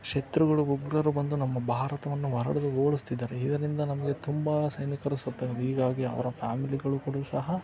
ಶತ್ರುಗಳು ಉಗ್ರರು ಬಂದು ನಮ್ಮ ಭಾರತವನ್ನು ಓಡಿಸ್ತಿದಾರೆ ಇದರಿಂದ ನಮಗೆ ತುಂಬ ಸೈನಿಕರು ಸತ್ತೋದ್ರು ಹೀಗಾಗಿ ಅವರ ಫ್ಯಾಮಿಲಿಗಳು ಕೂಡ ಸಹ